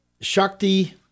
Shakti